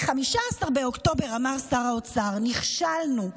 ב-15 באוקטובר אמר שר האוצר: נכשלנו,